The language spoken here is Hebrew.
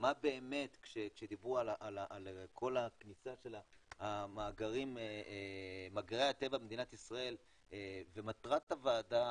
מה באמת כשדיברו על כל הכניסה של מאגרי הטבע במדינת ישראל ומטרת הוועדה,